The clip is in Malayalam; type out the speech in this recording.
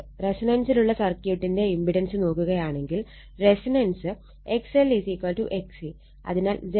റെസൊണൻസിലുള്ള സർക്യൂട്ടിന്റെ ഇമ്പിടൻസ് നോക്കുകയാണെങ്കിൽ റെസൊണൻസ് XLXC അതിനാൽ Z R 56